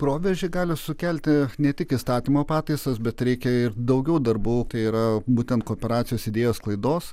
proveržį gali sukelti ne tik įstatymo pataisos bet reikia ir daugiau darbų tai yra būtent kooperacijos idėjos sklaidos